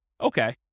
Okay